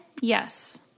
Yes